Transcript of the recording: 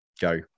go